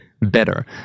better